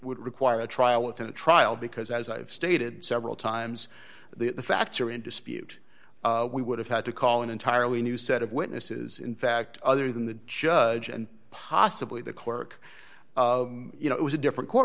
would require a trial within a trial because as i've stated several times the facts are in dispute we would have had to call an entirely new set of witnesses in fact other than the judge and possibly the clerk you know it was a different court